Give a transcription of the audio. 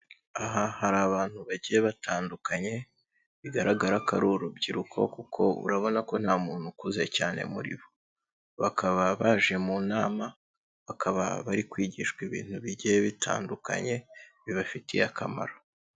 Aha hari abantu bagiye batandukanye bigaragara ko ari urubyiruko kuko urabona ko nta muntu ukuze cyane muri bo. Bakaba baje mu nama, bakaba bari kwigishwa ibintu bigiye bitandukanye bibafitiye akamaro.